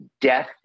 death